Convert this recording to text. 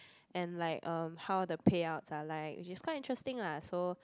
and like um how the payouts are like which is quite interesting lah so